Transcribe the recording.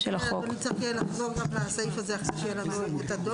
אז נצטרך לחזור גם לסעיף הזה אחרי שיהיה לנו הדוח.